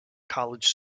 college